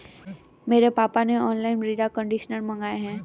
मेरे पापा ने ऑनलाइन मृदा कंडीशनर मंगाए हैं